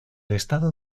estado